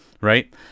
Right